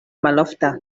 malofta